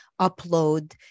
upload